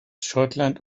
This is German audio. schottland